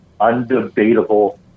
undebatable